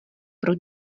pro